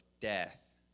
death